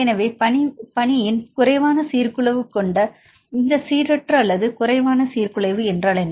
எனவே பனியின் குறைவான சீர்குலைவு கொண்ட இந்த சீரற்ற அல்லது குறைவான சீர்குலைவு என்ன